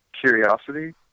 curiosity